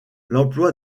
l’emploi